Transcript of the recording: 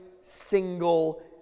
single